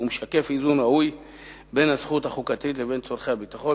"הוא משקף איזון ראוי בין הזכות החוקתית לבין צורכי הביטחון.